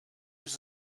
use